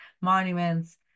monuments